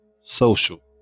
Social